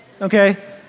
Okay